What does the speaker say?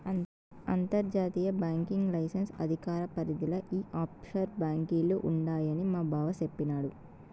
అంతర్జాతీయ banking licence అధికార పరిదిల ఈ ఆప్షోర్ బాంకీలు ఉండాయని మాబావ సెప్పిన్నాడు